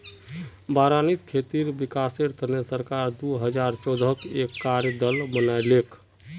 बारानीत खेतीर विकासेर तने सरकार दो हजार चौदहत एक कार्य दल बनैय्यालकी